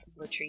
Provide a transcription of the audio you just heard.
latrice